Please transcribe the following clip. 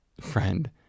friend